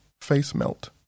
face-melt